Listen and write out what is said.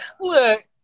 Look